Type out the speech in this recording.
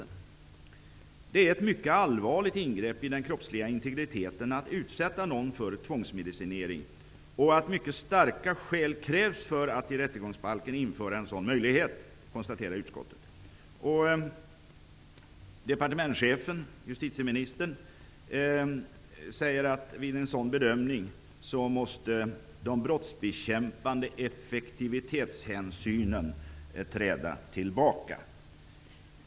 Att utsätta någon för tvångsmedicinering är ett mycket allvarligt ingrepp i den kroppsliga integriteten. Mycket starka skäl krävs för att i rättegångsbalken införa en sådan möjlighet, konstaterr utskottet. Enligt justitieministern måste vid en sådan bedömning brottsbekämpande effektivitetshänsyn träda tillbaka.